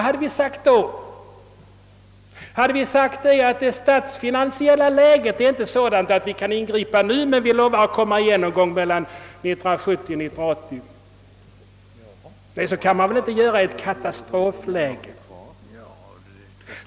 Hade vi sagt att det statsfinansiella läget inte är sådant att vi kan ingripa nu, men att vi lovar komma igen någon gång mellan 1970 och 1980? Så kan man inte göra i ett katastrofläge.